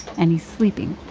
and he's sleeping.